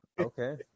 Okay